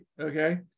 Okay